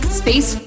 space